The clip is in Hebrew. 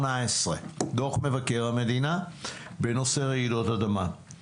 דוח מבקר המדינה בנושא רעידות אדמה יצא ב-2018.